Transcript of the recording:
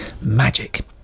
magic